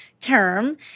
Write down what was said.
term